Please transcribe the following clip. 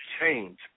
change